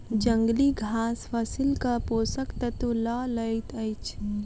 जंगली घास फसीलक पोषक तत्व लअ लैत अछि